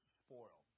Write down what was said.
spoil